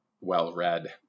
well-read